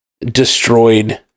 destroyed